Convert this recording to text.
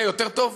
זה יותר טוב?